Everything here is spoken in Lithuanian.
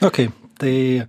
okei tai